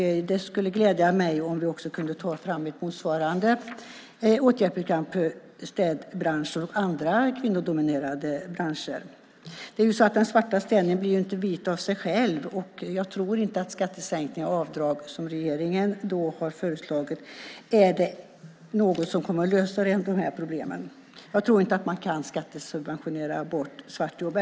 Det skulle glädja mig om vi kunde ta fram ett motsvarande åtgärdsprogram för städbranschen och andra kvinnodominerade branscher. Den svarta städningen blir inte vit av sig själv. Jag tror inte att regeringens skattesänkningar och avdrag kommer att lösa de här problemen. Jag tror nämligen inte att man kan skattesubventionera bort svartjobben.